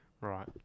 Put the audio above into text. Right